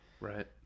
Right